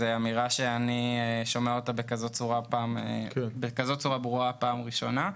זאת אמירה שאני שומע אותה בצורה כזו ברורה בפעם הראשונה.